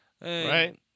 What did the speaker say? Right